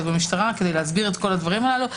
במשטרה כדי להסביר את כל הדברים הללו.